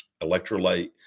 electrolyte